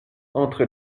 entre